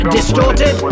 Distorted